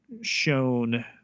shown